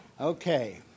Okay